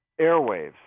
airwaves